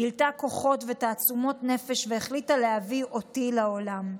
גילתה כוחות ותעצומות נפש והחליטה להביא אותי לעולם.